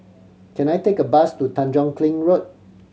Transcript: can I take a bus to Tanjong Kling Road